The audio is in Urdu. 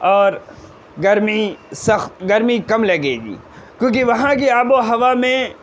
اور گرمی سخت گرمی کم لگے گی کیوںکہ وہاں کی آب و ہوا میں